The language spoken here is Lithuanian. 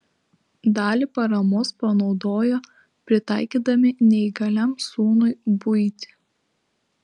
dalį paramos panaudojo pritaikydami neįgaliam sūnui buitį